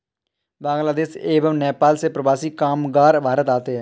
बांग्लादेश एवं नेपाल से प्रवासी कामगार भारत आते हैं